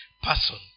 Person